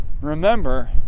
remember